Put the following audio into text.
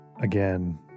again